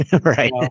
right